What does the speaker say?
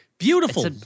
beautiful